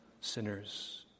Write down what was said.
sinners